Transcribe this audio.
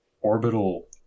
orbital